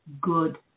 good